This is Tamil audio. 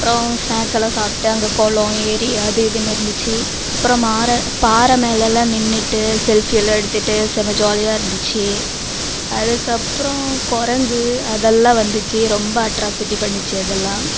அப்புறம் ஸ்நாக்ஸ் எல்லாம் சாப்பிட்டு அங்கே குளம் ஏரி அது இதுன்னு இருந்துச்சு அப்புறம் மாற பாறை மேலெல்லாம் நின்றுட்டு செல்ஃபியெல்லாம் எடுத்துகிட்டு செம ஜாலியாக இருந்துச்சு அதுக்கப்புறம் குரங்கு அதெல்லாம் வந்துச்சு ரொம்ப அட்ராஸிட்டி பண்ணுச்சு அதெல்லாம்